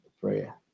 prayer